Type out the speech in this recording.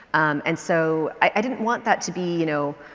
and so, i didn't want that to be, you know,